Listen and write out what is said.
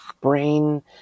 brain